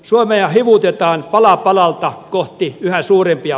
suomea ja muutetaan pala palalta kohti yhä suurempia